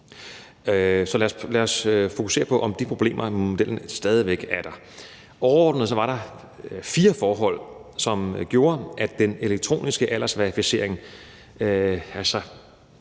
Så lad os fokusere på, om de problemer med modellen stadig væk er der. Overordnet var der fire forhold, som gjorde, at den elektroniske aldersverificering –